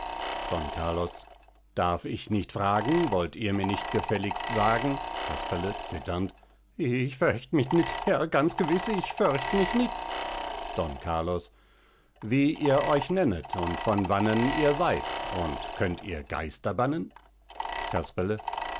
don carlos darf ich nicht fragen wollt ihr mir nicht gefälligst sagen casperle zitternd ich förcht mich nit herr ganz gewiss ich förcht mich nit don carlos wie ihr euch nennet und von wannen ihr seid und könnt ihr geister bannen casperle